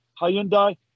Hyundai